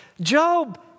Job